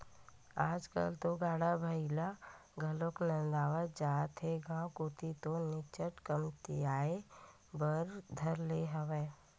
आजकल तो गाड़ा बइला घलोक नंदावत जात हे गांव कोती तो निच्चट कमतियाये बर धर ले हवय